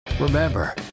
Remember